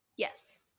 yes